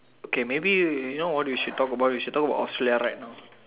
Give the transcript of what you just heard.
okay maybe you know what we should talk about we should talk about austral right now